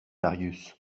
marius